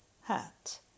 hat